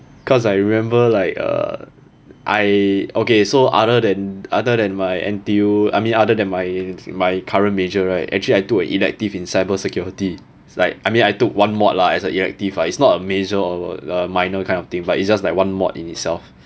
cause I remember like uh I okay so other than other than my N_T_U I mean other than my my current major right actually I took an elective in cyber security it's like I mean I took one mod lah as an elective lah it's not a major or minor kind of thing but it's just like one mod in itself